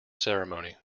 ceremony